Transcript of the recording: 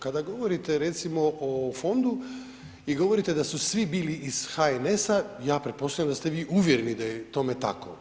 Kada govorite recimo o fondu i govorite da su svi bili iz HNS-a, ja pretpostavljam da ste vi uvjereni da je tome tako.